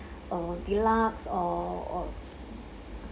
uh deluxe or or